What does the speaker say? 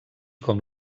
com